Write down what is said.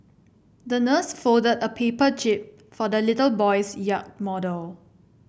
the nurse folded a paper jib for the little boy's yacht model